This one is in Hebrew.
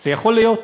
זה יכול להיות,